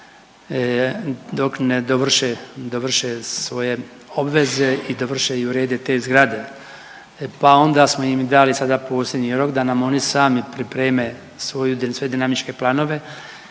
dovrše, dovrše svoje obveze i dovrše i urede te zgrade. Pa onda smo im dali sada posljednji rok da nam oni sami pripreme svoje dinamičke planove